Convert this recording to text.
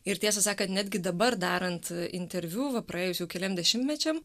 ir tiesą sakant netgi dabar darant interviu va praėjus jau keliem dešimtmečiam